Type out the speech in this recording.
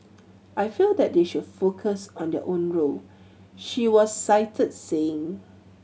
I feel that they should focus on their own role she was cited saying